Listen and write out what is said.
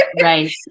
Right